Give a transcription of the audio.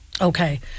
Okay